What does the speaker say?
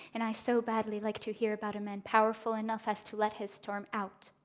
and i so badly liked to hear about a man powerful enough as to let his storm out.